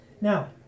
Now